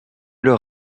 leur